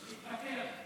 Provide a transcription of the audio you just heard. תתפטר.